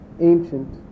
ancient